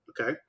Okay